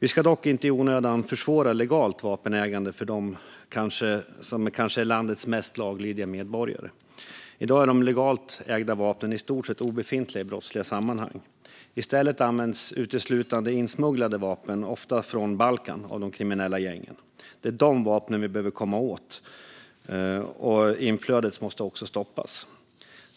Vi ska dock inte i onödan försvåra legalt vapenägande för dem som kanske är landets mest laglydiga medborgare. I dag är de legalt ägda vapnen i stort sett obefintliga i brottsliga sammanhang. I stället används uteslutande insmugglade vapen - ofta från Balkan - av de kriminella gängen. Det är dessa vapen vi behöver komma åt, och inflödet måste också stoppas.